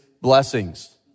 blessings